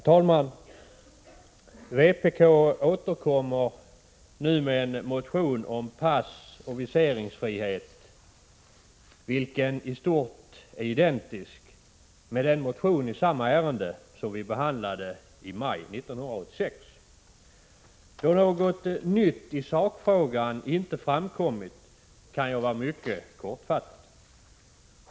Herr talman! Vpk återkommer nu med en motion om passoch viseringsfrihet vilken i stort är identisk med den motion i samma ärende som riksdagen behandlade i maj 1986. Då något nytt i sakfrågan inte har framkommit kan jag vara mycket kortfattad.